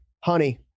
honey